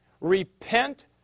repent